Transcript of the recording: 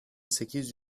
sekiz